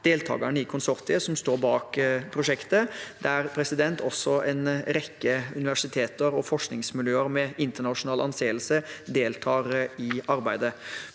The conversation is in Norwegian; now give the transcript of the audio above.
deltakerne i konsortiet som står bak prosjektet, der også en rekke universiteter og forskningsmiljøer med internasjonal anseelse deltar i arbeidet.